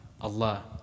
Allah